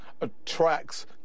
attracts